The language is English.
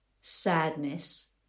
sadness